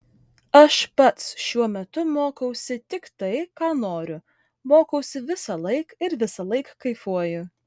aš pats šiuo metu mokausi tik tai ką noriu mokausi visąlaik ir visąlaik kaifuoju